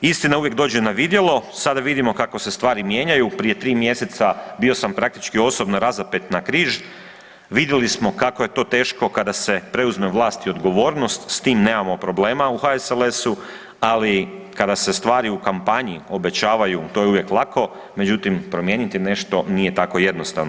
Istina uvijek dođe na vidjelo, sada vidimo kako se stvari mijenjaju, prije tri mjeseca bio sam praktički osobno razapet na križ, vidjeli smo kako je to teško kada se preuzme vlast i odgovornost, s tim nemamo problema u HSLS-u, ali kada se stvari u kampanji obećavaju to je uvijek lako, međutim promijeniti nešto nije tako jednostavno.